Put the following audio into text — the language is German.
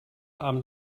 abend